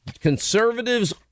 conservatives